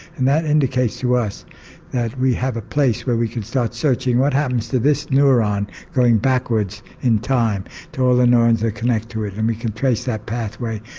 and that indicates to us that we have a place where we could start searching what happens to this neuron going backwards in time to all the neurons that connect to it, and we can trace that pathway.